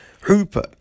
Hooper